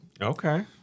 Okay